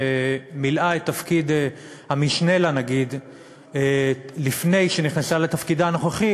שמילאה את תפקיד המשנה לנגיד לפני שנכנסה לתפקידה הנוכחי,